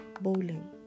Bowling